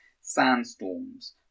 Sandstorms